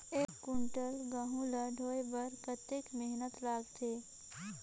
एक कुंटल गहूं ला ढोए बर कतेक मेहनत लगथे?